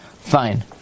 Fine